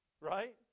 right